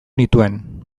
nituen